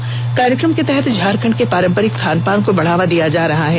इस कार्यक्रम के तहत झारखंड के पारंपरिक खानपान को बढ़ावा दिया जा रहा है